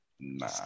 Nah